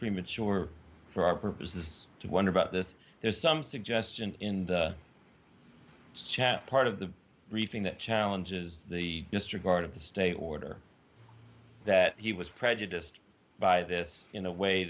premature for our purposes to wonder about this there's some suggestion in the chat part of the reefing that challenges the district court of the stay order that he was prejudiced by this in a way